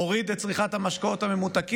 והוריד את צריכת המשקאות הממותקים.